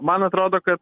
man atrodo kad